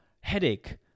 headache